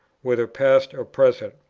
whether past or present.